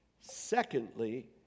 Secondly